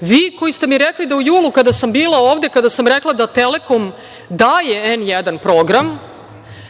vi koji ste mi rekli da u julu kada sam bila ovde, kada sam rekla da „Telekom“ daje „N1“ program,